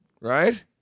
right